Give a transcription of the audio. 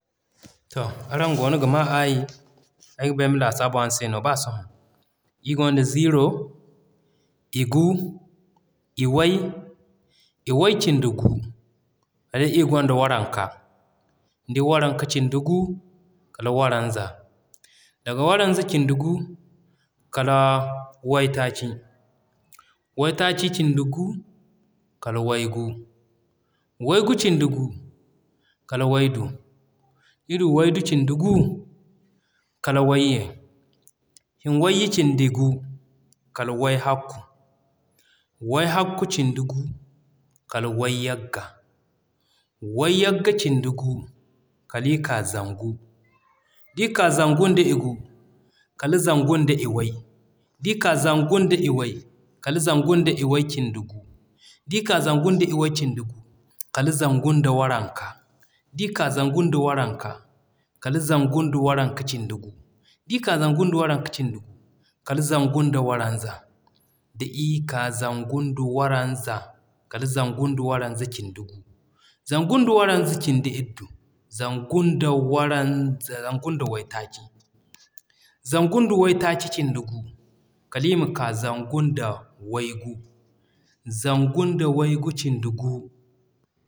To araŋ goono ga maa aayi. Ay ga ba ay ma laasabu araŋ se no b'a sohõ. Ir gonda: Zero, i gu, iway, iway cindi gu, iri gonda waranka, da waranka cindi gu, kala waranza, daga waranza cindi gu, kala waytaaci, waytaaci cindi gu, kala waygu, waygu cindi gu, kala waydu, iri waydu cindi gu, kala wayye, wayye cindi gu kala wahakku, wahakku cindi gu, kala wayagga, wayagga cindi gu, kala i k'a Zangu. D'i ka Zangu nda i gu, kala zangu da iway, d'i ka Zangu nda iway, kala zangu nda iway cindi gu, d'i ka Zangu nda iway cindi gu, kala zangu nda waranka, d'i ka Zangu nda waranka, kala zangu nda waranka cindi gu, d'i ka Zangu nda waranka cindi gu, kala zangu nda waranza, d'i ka Zangu nda waranza, kala zangu nda waranza cindi gu, zangu nda waranza cindi iddu, zangu nda waytaaci, zangu nda waytaaci cindi gu, kala i ma k'a zangu nda waygu, zangu nda waygu cindi gu.